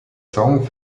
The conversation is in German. song